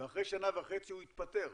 ואחרי שנה וחצי הוא התפטר.